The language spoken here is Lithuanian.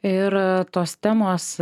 ir tos temos